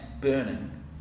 burning